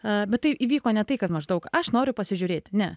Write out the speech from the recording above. a bet tai įvyko ne tai kad maždaug aš noriu pasižiūrėti ne